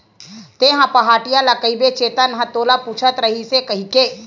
तेंहा पहाटिया ल कहिबे चेतन ह तोला पूछत रहिस हे कहिके